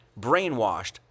brainwashed